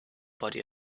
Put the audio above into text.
body